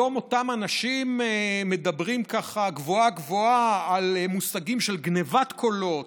היום אותם אנשים מדברים ככה גבוהה-גבוהה על מושגים של גנבת קולות,